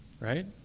right